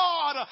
God